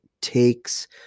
takes